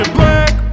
Black